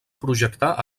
projectar